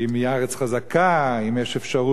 האם היא ארץ חזקה, האם יש אפשרות